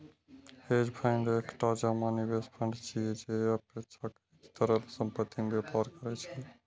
hedge fund एकटा जमा निवेश फंड छियै, जे अपेक्षाकृत तरल संपत्ति मे व्यापार करै छै